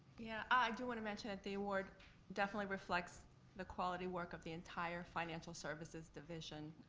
yeah, i do wanna mention that the reward definitely reflects the quality work of the entire financial services division.